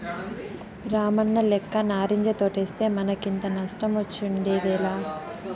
రామన్నలెక్క నారింజ తోటేస్తే మనకింత నష్టమొచ్చుండేదేలా